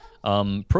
Pro